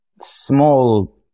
small